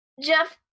Jeff